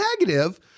negative